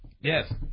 Yes